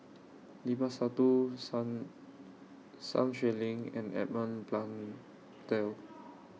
Limat Sabtu Sun Xueling and Edmund Blundell